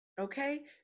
Okay